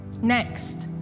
Next